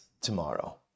tomorrow